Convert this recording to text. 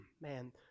Man